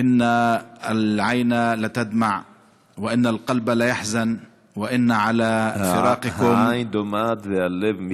העין דומעת והלב דואב.) העין דומעת והלב מתאבל.